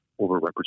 overrepresented